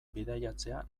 bidaiatzea